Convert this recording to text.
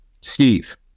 Steve